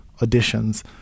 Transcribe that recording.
auditions